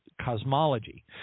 cosmology